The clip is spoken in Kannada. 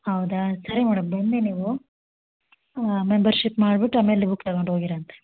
ಹೌದಾ ಸರಿ ಮೇಡಮ್ ಬನ್ನಿ ನೀವು ಮೆಮ್ಬರ್ಷಿಪ್ ಮಾಡ್ಬಿಟ್ಟು ಆಮೇಲೆ ಬುಕ್ ತಗೊಂಡು ಹೋಗಿರಂತೆ